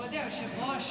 בבקשה.